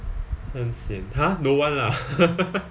很 sian !huh! don't want lah